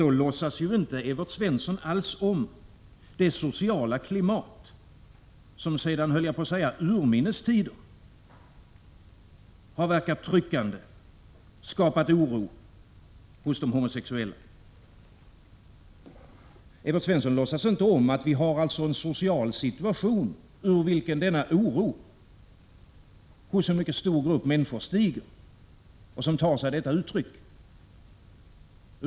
Då låtsas nämligen Evert Svensson som om han inte alls kände till det sociala klimat som sedan urminnes tider verkat tryckande och skapat oro hos de homosexuella. Evert Svensson låtsas inte om att vi har en social situation som tar sig uttryck i att oron hos en mycket stor grupp människor stiger.